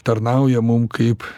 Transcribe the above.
tarnauja mum kaip